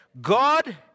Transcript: God